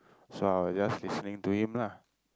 so I was just listening to him lah